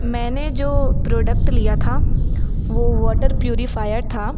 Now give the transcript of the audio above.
मैंने जो प्रोडक्ट लिया था वो वॉटर प्यूरीफायर था